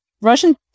Russian